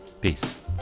Peace